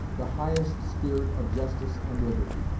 the highest spirit of justice and liberty.